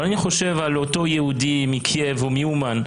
אבל אני חושב על אותו יהודי מקייב או מאומן,